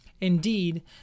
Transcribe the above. Indeed